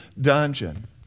dungeon